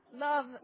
love